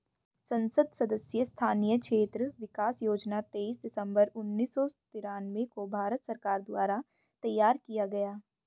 संसद सदस्य स्थानीय क्षेत्र विकास योजना तेईस दिसंबर उन्नीस सौ तिरान्बे को भारत सरकार द्वारा तैयार किया गया